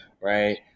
right